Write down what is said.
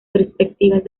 perspectivas